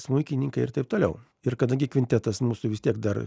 smuikininkai ir taip toliau ir kadangi kvintetas mūsų vis tiek dar